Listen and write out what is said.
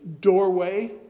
doorway